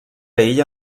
ella